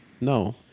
No